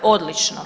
Odlično.